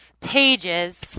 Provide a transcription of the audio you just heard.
pages